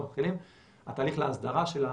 התהליך להסדרה שלה